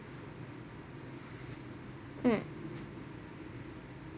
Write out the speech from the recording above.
mm